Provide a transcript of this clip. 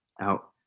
out